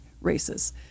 races